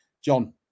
John